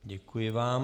Děkuji vám.